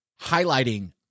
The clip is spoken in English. highlighting